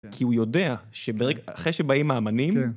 כי הוא יודע שברגע אחרי שבאים האמנים...